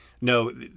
No